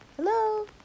Hello